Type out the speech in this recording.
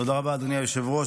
תודה רבה, אדוני היושב-ראש.